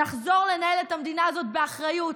נחזור לנהל את המדינה הזאת באחריות